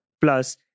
Plus